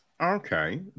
Okay